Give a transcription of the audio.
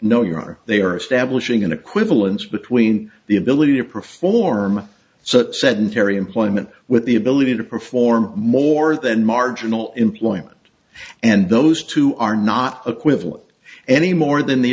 are they are establishing an equivalence between the ability to perform so sedentary employment with the ability to perform more than marginal employment and those two are not equivalent any more than the